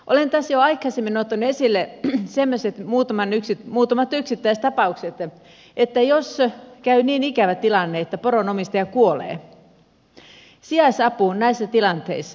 olen tässä jo aikaisemmin ottanut esille semmoiset muutamat yksittäistapaukset että käy niin ikävä tilanne että poronomistaja kuolee sijaisavun näissä tilanteissa